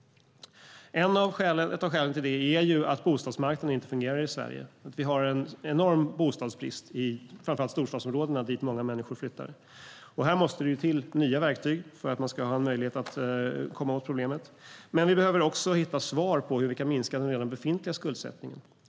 Ett av skälen till det är att bostadsmarknaden inte fungerar i Sverige. Vi har en enorm bostadsbrist i framför allt storstadsområdena, dit många människor flyttar. Här måste det till nya verktyg för att komma åt problemet. Dessutom behöver vi hitta lösningar på hur vi kan minska den befintliga skuldsättningen.